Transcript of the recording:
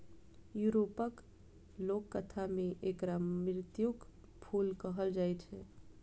यूरोपक लोककथा मे एकरा मृत्युक फूल कहल जाए छै